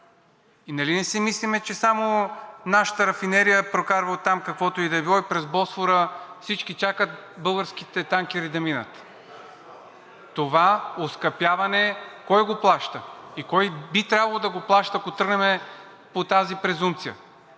И нали не си мислим, че само нашата рафинерия прокарва оттам, каквото и да е било, и през Босфора всички чакат българските танкери да минат?! Това оскъпяване кой го плаща и кой би трябвало да го плаща, ако тръгнем по тази презумпция?